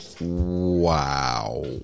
Wow